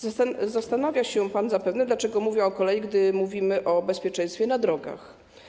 Zastanawia się pan zapewne, dlaczego mówię o kolei, gdy mówimy o bezpieczeństwie na drogach.